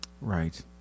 Right